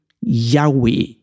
Yahweh